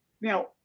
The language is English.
now